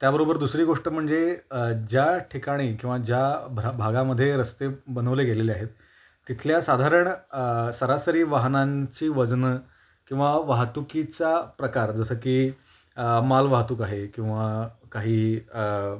त्याबरोबर दुसरी गोष्ट म्हणजे ज्या ठिकाणी किंवा ज्या भ्र भागामध्ये रस्ते बनवले गेलेले आहेत तिथल्या साधारण सरासरी वाहनांची वजनं किंवा वाहतुकीचा प्रकार जसं की मालवाहतूक आहे किंवा काही